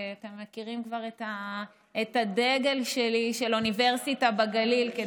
ואתם מכירים כבר את הדגל שלי של אוניברסיטה בגליל.